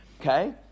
okay